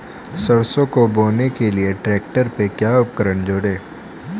सरसों को बोने के लिये ट्रैक्टर पर क्या उपकरण जोड़ें?